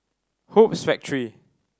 Hoops Factory